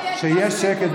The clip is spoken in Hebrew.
שיהיה שקט,